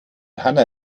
hanna